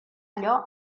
allò